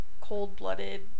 cold-blooded